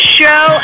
show